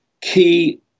Key